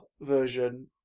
version